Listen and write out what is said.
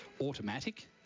automatic